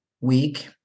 week